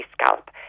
scalp